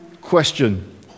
question